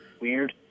weird